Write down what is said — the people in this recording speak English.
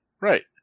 right